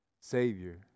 Savior